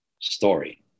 story